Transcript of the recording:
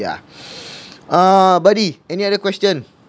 yeah uh buddy any other question